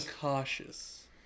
cautious